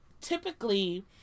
typically